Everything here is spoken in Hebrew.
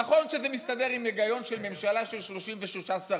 נכון שזה מסתדר עם ההיגיון של ממשלה של 33 שרים,